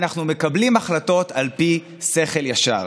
אנחנו מקבלים החלטות על פי שכל ישר,